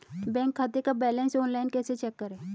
Bank खाते का balance online कैसे चेक करें?